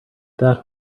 that